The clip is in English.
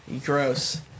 Gross